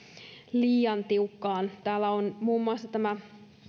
liian tiukkaan täällä on muun muassa tämä